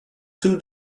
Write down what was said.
two